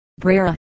Brera